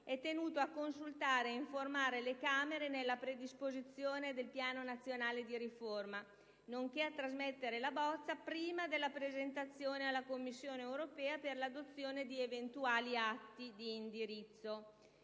è tenuto a consultare e informare le Camere nella predisposizione del piano nazionale di riforma, nonché a trasmettere la bozza prima della presentazione alla Commissione europea per l'adozione di eventuali atti di indirizzo.